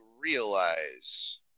realize